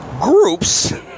Groups